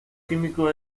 químico